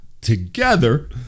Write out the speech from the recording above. together